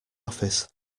office